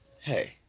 hey